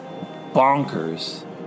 bonkers